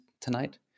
tonight